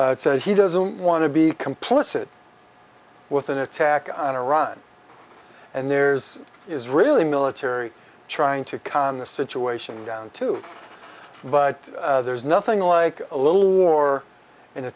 won't say he doesn't want to be complicit with an attack on iran and there's is really military trying to calm the situation down too but there's nothing like a little war in a